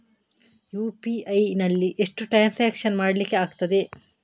UPI ನಲ್ಲಿ ಎಷ್ಟು transaction ಮಾಡ್ಲಿಕ್ಕೆ ಆಗ್ತದೆ?